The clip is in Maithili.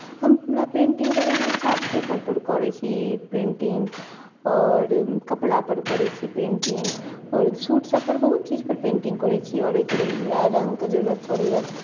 हमरा पेन्टिंग करयमे चार्ट पेपरपर करैत छी पेन्टिंग आओर कपड़ापर करैत छी पेन्टिंग आओर सूटसभ पर बहुत चीजपर पेन्टिंग करैत छी आओर ओहिके लेल हमरा रङ्गके जरूरत पड़ैए